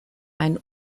ein